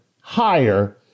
higher